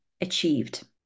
achieved